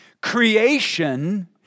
Creation